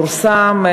פורסם,